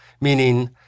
meaning